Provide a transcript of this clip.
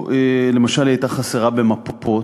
למשל, היא הייתה חסרה מפות.